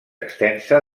extensa